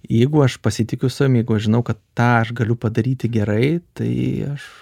jeigu aš pasitikiu savim jeigu aš žinau kad tą aš galiu padaryti gerai tai aš